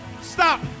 stop